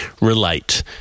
relate